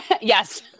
Yes